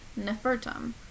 Nefertum